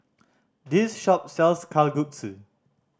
this shop sells Kalguksu